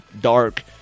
dark